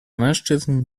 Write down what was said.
mężczyzn